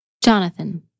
Jonathan